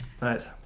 nice